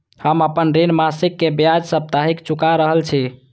हम आपन ऋण मासिक के ब्याज साप्ताहिक चुका रहल छी